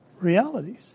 realities